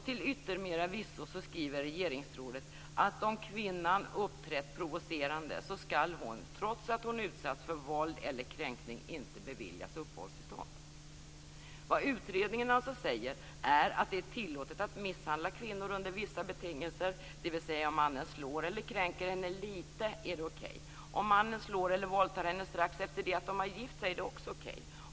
Till yttermera visso skriver regeringsrådet att om kvinnan uppträtt provocerande skall hon, trots att hon utsatts för våld eller kränkning, inte beviljas uppehållstillstånd. Vad utredningen säger är alltså att det är tillåtet att misshandla kvinnor under vissa betingelser, dvs. att om mannen slår eller kränker henne litet är det okej. Om mannen slår eller våldtar henne strax efter det att de har gift sig är det också okej.